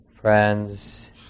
friends